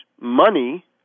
money